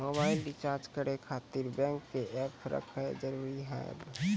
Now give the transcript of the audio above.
Mobile recharge करे खातिर bank के ऐप रखे जरूरी हाव है?